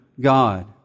God